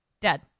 Dead